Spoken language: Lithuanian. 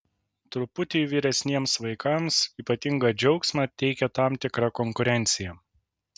truputį vyresniems vaikams ypatingą džiaugsmą teikia tam tikra konkurencija